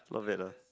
not bad lah